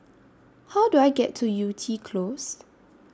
How Do I get to Yew Tee Close